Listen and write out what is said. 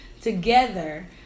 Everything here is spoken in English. together